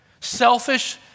Selfish